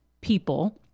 people